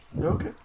Okay